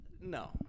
no